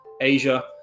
Asia